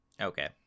Okay